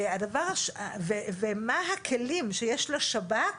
ומה הכלים שיש לשב"כ